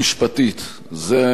זו המציאות,